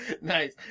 Nice